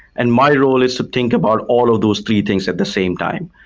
and my role is to think about all of those three things at the same time,